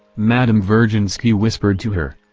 madame virginsky whispered to her.